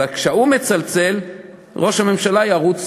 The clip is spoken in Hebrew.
אבל כשהוא מצלצל ראש הממשלה ירוץ,